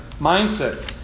mindset